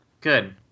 good